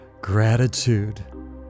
gratitude